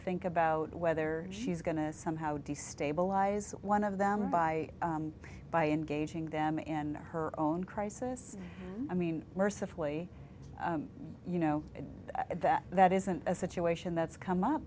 think about whether she's going to somehow destabilize one of them by by engaging them in her own crisis i mean mercifully you know that that isn't a situation that's come up